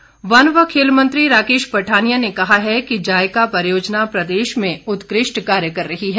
पठानिया वन व खेल मंत्री राकेश पठानिया ने कहा है कि जाईका परियोजना प्रदेश में उत्कृष्ट कार्य कर रही है